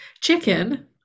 chicken